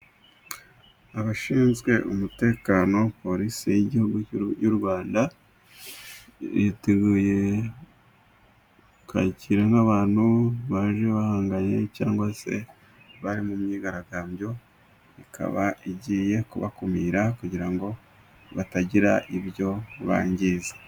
Abashinzwe umutekano, polisi y'igihugu y'u Rwanda, biteguye kwakira nk'abantu baje bahanganye, cyangwa se bari mu myigaragambyo, ikaba igiye kubakumira kugira ngo batagira ibyo bangiza.